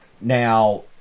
Now